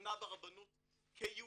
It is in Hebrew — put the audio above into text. שהתחתנה ברבנות כיהודייה,